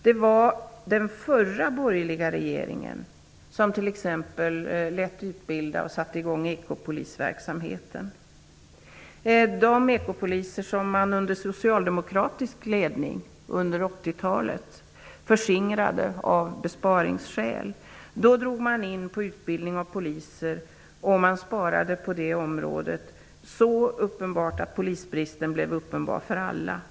Det var den förra borgerliga regeringen som t.ex. lät utbilda ekopoliser och satte i gång den verksamheten. Medlen till dessa ekopoliser förskingrades av den socialdemokratiska regeringen av besparingsskäl under 80-talet. Då drog man in på utbildning av poliser, och man sparade så mycket på det området att polisbristen blev uppenbar för alla.